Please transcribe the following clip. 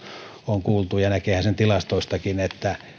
on kuultu ja näkeehän sen tilastoistakin että